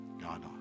God